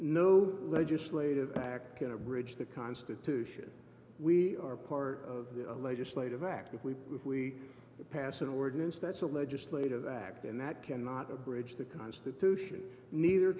no legislative act in a bridge the constitution we are part of the legislative act if we pass an ordinance that's a legislative act and that cannot abridge the constitution neither